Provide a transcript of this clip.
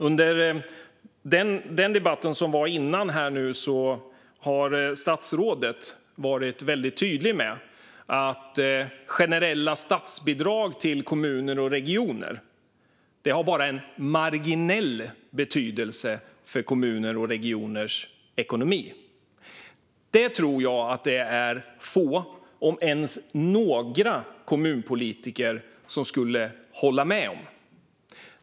Under den tidigare debatten har statsrådet varit väldigt tydlig med att generella statsbidrag till kommuner och regioner bara har en marginell betydelse för kommuners och regioners ekonomi. Det tror jag att få, om ens några, kommunpolitiker skulle hålla med om.